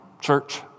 church